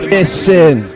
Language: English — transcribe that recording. Listen